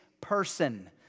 person